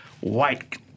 white